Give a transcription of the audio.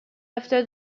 after